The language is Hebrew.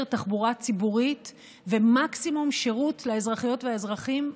תחבורה ציבורית ומקסימום שירות לאזרחיות והאזרחים,